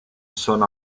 sono